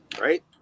right